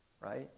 right